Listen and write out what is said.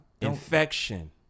Infection